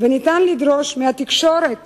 וניתן לדרוש מהתקשורת